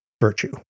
virtue